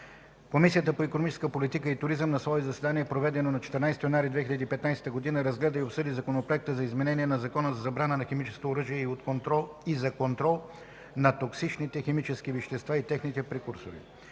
Комисията по икономическа политика и туризъм на свое заседание, проведено на 14 януари 2015 г., разгледа и обсъди Законопроект за изменение на Закона за забрана на химическото оръжие и за контрол на токсичните химически вещества и техните прекурсори,